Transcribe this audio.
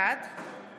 בעד